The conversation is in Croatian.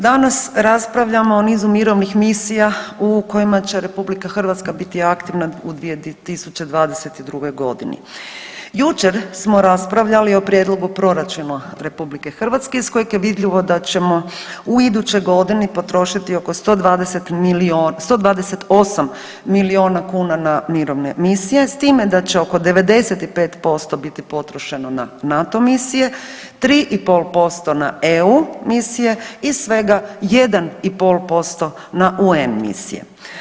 Danas raspravljamo o nizu mirovnih misija u kojima će RH biti aktivna u 2022.g. Jučer smo raspravljali o prijedlogu proračuna RH iz kojeg je vidljivo da ćemo u idućoj godini potrošiti oko 128 milijuna kuna na mirovne misije s time da će oko 95% biti potrošeno na NATO misije, 3,5% na EU misije i svega 1,5% na UN misije.